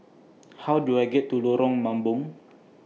How Do I get to Lorong Mambong